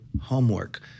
homework